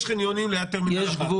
יש חניונים ליד טרמינל 1,